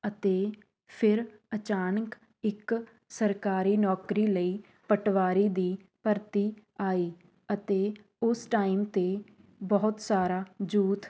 ਅਤੇ ਫਿਰ ਅਚਾਨਕ ਇੱਕ ਸਰਕਾਰੀ ਨੌਕਰੀ ਲਈ ਪਟਵਾਰੀ ਦੀ ਭਰਤੀ ਆਈ ਅਤੇ ਉਸ ਟਾਈਮ 'ਤੇ ਬਹੁਤ ਸਾਰਾ ਯੂਥ